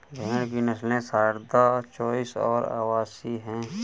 भेड़ की नस्लें सारदा, चोइस और अवासी हैं